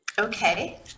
Okay